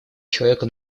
человека